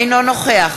אינו נוכח